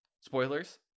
Spoilers